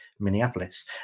Minneapolis